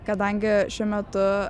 kadangi šiuo metu